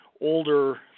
older